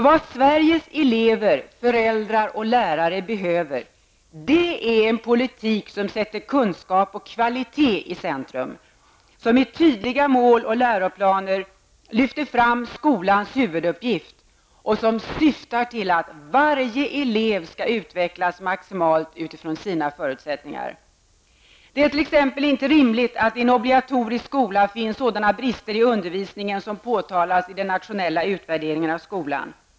Vad Sveriges elever, föräldrar och lärare behöver är en politik som sätter kunskap och kvalitet i centrum, som i tydliga mål och läroplaner lyfter fram skolans huvuduppgift och som syftar till att varje elev skall utvecklas maximalt utifrån sina förutsättningar. Det är t.ex. inte rimligt att det i en obligatorisk skola finns sådana brister i undervisningen som påtalas i den nationella utvärderingen av skolan.